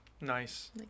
nice